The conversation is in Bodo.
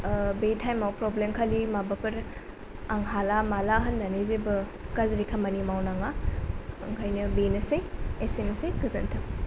बे टाइमाव माने प्रब्लेमखालि माबाफोर आं हाला माहला होननानै जेबो गाज्रि खामानि मावनाङा ओंखायनो बेनोसै एसेनोसै गोजोनथों